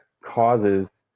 causes